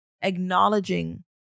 acknowledging